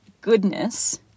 goodness